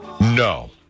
No